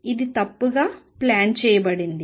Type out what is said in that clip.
ఇది తప్పుగా ప్లాన్ చేయబడింది